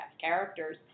characters